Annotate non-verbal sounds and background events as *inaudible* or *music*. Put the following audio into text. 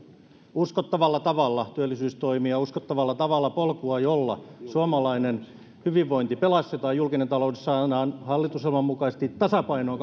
uskottavalla tavalla työllisyystoimia uskottavalla tavalla polkua jolla suomalainen hyvinvointi pelastetaan ja julkinen talous saadaan hallitusohjelman mukaisesti tasapainoon *unintelligible*